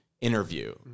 interview